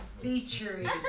featuring